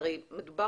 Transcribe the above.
הרי זה שוק